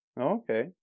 Okay